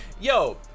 Yo